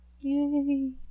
Yay